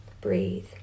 breathe